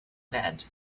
bed